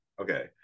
Okay